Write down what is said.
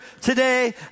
today